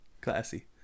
classy